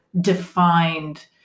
defined